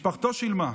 שמשפחתו שילמה.